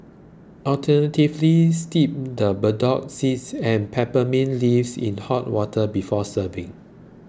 alternatively steep the burdock seeds and peppermint leaves in hot water before serving